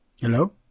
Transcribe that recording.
Hello